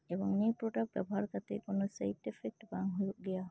ᱮᱵᱚᱝ ᱱᱤᱭᱟᱹ ᱯᱨᱳᱰᱟᱠᱴ ᱵᱮᱵᱚᱦᱟᱨ ᱠᱟᱛᱮ ᱠᱳᱱᱳ ᱥᱟᱭᱤᱴ ᱤᱯᱷᱮᱠᱴ ᱵᱟᱝ ᱦᱩᱭᱩᱜ ᱜᱮᱭᱟ